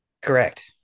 Correct